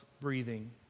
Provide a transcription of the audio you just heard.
breathing